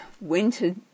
Winter